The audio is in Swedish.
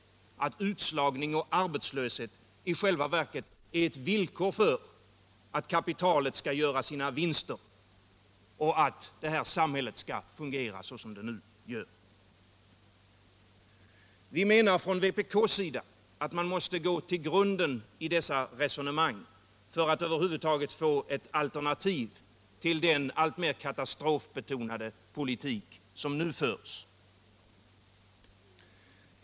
Är det så att utslagning och arbetslöshet i själva verket är ett villkor för att kapitalet skall göra sina vinster och att detta samhälle skall fungera såsom det nu gör? Vi i vpk menar att man måste gå till grunden i dessa resonemang för att över huvud taget få ett alternativ till den alltmer katastrofbetonade politik som nu förs.